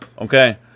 Okay